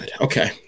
okay